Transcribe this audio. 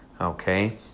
okay